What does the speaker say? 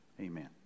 amen